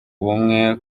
bumwe